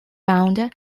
founder